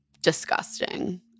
disgusting